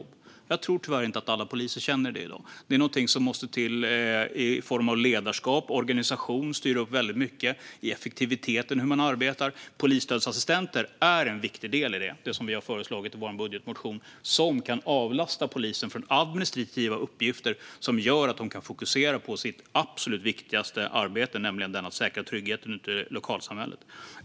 Jag tror tyvärr inte att alla poliser känner det i dag. Någonting måste till i form av ledarskap och organisation, och effektiviteten i hur man arbetar måste styras upp väldigt mycket. Polisstödsassistenter, som vi har föreslagit i vår budgetmotion, är en viktig del i detta och kan avlasta polisen från administrativa uppgifter så att man kan fokusera på sitt absolut viktigaste arbete, nämligen att säkra tryggheten ute i lokalsamhället.